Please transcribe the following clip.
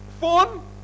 phone